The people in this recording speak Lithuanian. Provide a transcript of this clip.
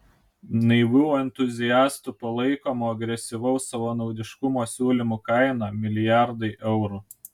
naivių entuziastų palaikomo agresyvaus savanaudiškumo siūlymų kaina milijardai eurų